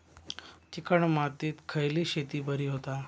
Chicken मातीत खयली शेती बरी होता?